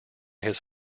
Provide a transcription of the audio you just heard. his